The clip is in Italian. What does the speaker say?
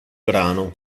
brano